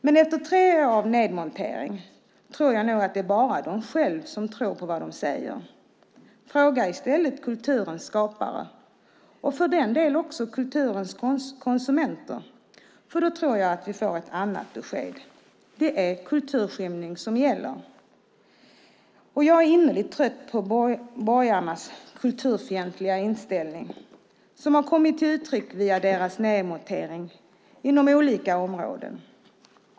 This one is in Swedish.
Men efter tre år av nedmontering tror jag bara att det är de själva som tror på vad de säger. Fråga i stället kulturens skapare och för den delen också kulturens konsumenter! Då tror jag att vi får ett annat besked. Det är kulturskymning som gäller. Jag är innerligt trött på borgarnas kulturfientliga inställning som har kommit till uttryck via deras nedmontering inom olika områden.